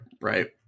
Right